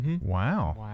Wow